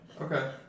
Okay